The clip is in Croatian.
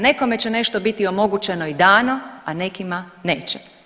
Nekome će nešto biti omogućeno i dano, a nekima neće.